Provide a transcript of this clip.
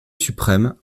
suprême